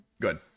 Good